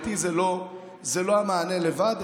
מבחינתי זה לא המענה לבד,